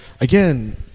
again